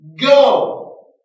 Go